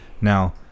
Now